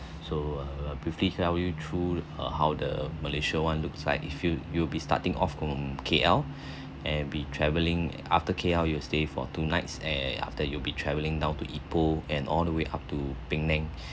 so err briefly tell you through uh how the malaysia [one] looks like if you you'll be starting off from K_L and be travelling after K_L you stay for two nights and after you'll be travelling down to ipoh and all the way up to penang